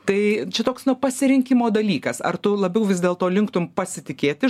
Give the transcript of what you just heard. tai čia toks nu pasirinkimo dalykas ar tu labiau vis dėlto linktum pasitikėti